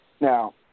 Now